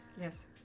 Yes